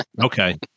Okay